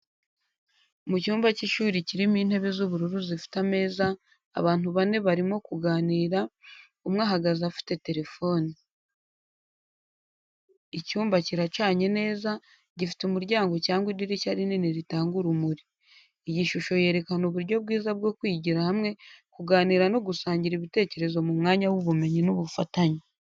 Mu cyumba cy’ishuri kirimo intebe z’ubururu zifite ameza, abantu bane barimo kuganira, umwe ahagaze afite telefone. Icyumba kiracanye neza, gifite umuryango cyangwa idirishya rinini ritanga urumuri. Iyi shusho yerekana uburyo bwiza bwo kwigira hamwe, kuganira no gusangira ibitekerezo mu mwanya w’ubumenyi n’ubufatanye.